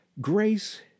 Grace